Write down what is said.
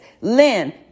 Lynn